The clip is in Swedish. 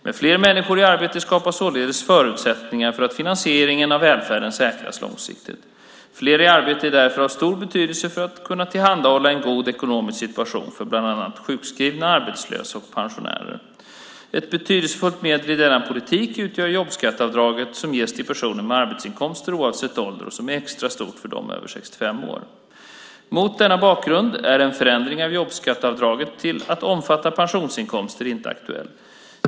Med fler människor i arbete skapas således förutsättningar för att finansieringen av välfärden säkras långsiktigt. Fler i arbete är därför av stor betydelse för att kunna tillhandahålla en god ekonomisk situation för bland annat sjukskrivna, arbetslösa och pensionärer. Ett betydelsefullt medel i denna politik utgör jobbskatteavdraget som ges till personer med arbetsinkomster oavsett ålder och som är extra stort för dem över 65 år. Mot denna bakgrund är en förändring av jobbskatteavdraget till att omfatta pensionsinkomster inte aktuell.